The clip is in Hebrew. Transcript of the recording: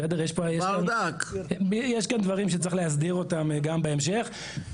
יש כאן דברים שצריך להסדיר אותם גם בהמשך.